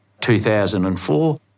2004